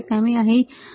તમે અહીં જોઈ શકો છો